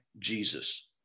Jesus